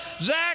Zach